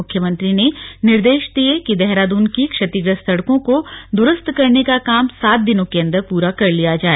मुख्यमंत्री ने निर्देश दिये कि देहरादून की क्षतिग्रस्त सड़कों को दुरुस्त करने का काम सात दिनों के अन्दर पूरा कर लिया जाए